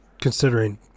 considering